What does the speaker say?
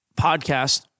podcast